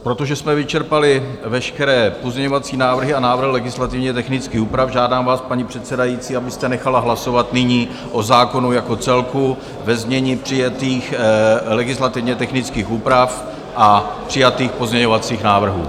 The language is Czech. Protože jsme vyčerpali veškeré pozměňovací návrhy a návrh legislativně technických úprav, žádám vás, paní předsedající, abyste nechala hlasovat nyní o zákonu jako celku ve znění přijatých legislativně technických úprav a přijatých pozměňovacích návrhů.